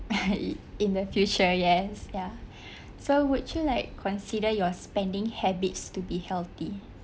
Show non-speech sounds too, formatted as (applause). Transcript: (laughs) in the future yes ya so would you like consider your spending habits to be healthy